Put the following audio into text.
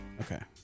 Okay